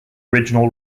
original